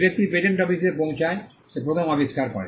যে ব্যক্তি পেটেন্ট অফিসে পৌঁছায় সে প্রথম আবিষ্কার করে